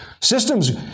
Systems